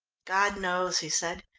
god knows, he said.